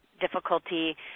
difficulty